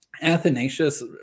Athanasius